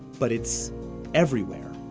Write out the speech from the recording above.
but it's everywhere.